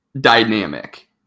dynamic